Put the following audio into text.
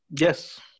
Yes